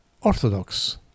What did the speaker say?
Orthodox